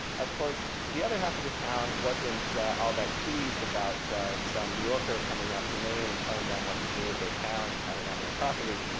of course, the other half of the town wasn't all that pleased about some new yorker coming up to maine and telling them what to do with their town and how to run their property.